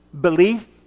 belief